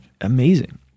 amazing